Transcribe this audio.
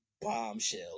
bombshell